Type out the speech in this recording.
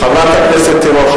חברת הכנסת תירוש,